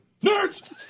Nerds